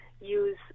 use